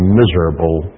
miserable